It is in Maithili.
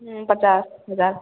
नहि पचास हजार